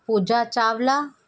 Pooja Chawla